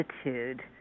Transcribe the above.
attitude